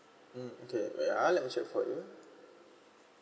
mm okay wait I'll check for you